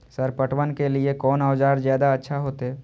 Sir पटवन के लीऐ कोन औजार ज्यादा अच्छा होते?